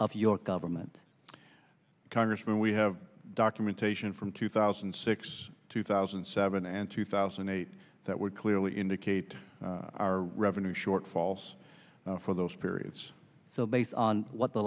of your government congressman we have documentation from two thousand and six two thousand and seven and two thousand and eight that would clearly indicate our revenue shortfalls for those periods so based on what the